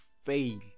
fail